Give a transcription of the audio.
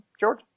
George